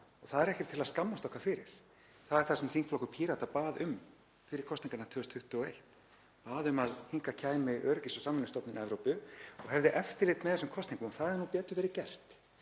og það er ekkert til að skammast okkar fyrir. Það er það sem þingflokkur Pírata bað um fyrir kosningarnar 2021, bað um að hingað kæmi Öryggis- og samvinnustofnun Evrópu og hefði eftirlit með þessum kosningum. Það hefði betur verið gert